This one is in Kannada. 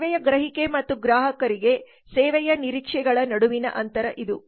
ಸೇವೆಯ ಗ್ರಹಿಕೆ ಮತ್ತು ಗ್ರಾಹಕರಿಗೆ ಸೇವೆಯ ನಿರೀಕ್ಷೆಗಳ ನಡುವಿನ ಅಂತರ ಇದು